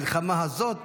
המלחמה הזאת,